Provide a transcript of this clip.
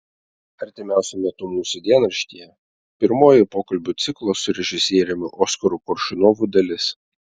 artimiausiu metu mūsų dienraštyje pirmoji pokalbių ciklo su režisieriumi oskaru koršunovu dalis